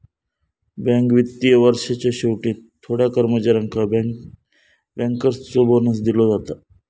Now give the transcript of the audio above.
bank वित्तीय वर्षाच्या शेवटी थोड्या कर्मचाऱ्यांका बँकर्सचो बोनस दिलो जाता